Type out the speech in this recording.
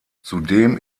zudem